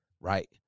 Right